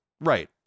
right